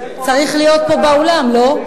צריך להיות פה באולם, לא?